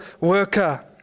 worker